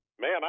Man